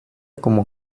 como